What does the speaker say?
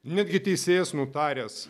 netgi teisėjas nutaręs